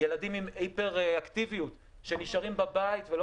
ילדים עם היפר אקטיביות נשארים בבית ולא